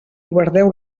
guardeu